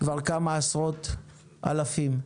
כבר כמה עשרות אלפים.